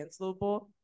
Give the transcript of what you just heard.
cancelable